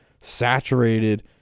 saturated